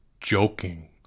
joking